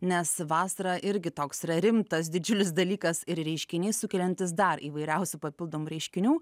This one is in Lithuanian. nes vasara irgi toks yra rimtas didžiulis dalykas ir reiškinys sukeliantis dar įvairiausių papildomų reiškinių